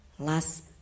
Last